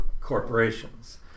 corporations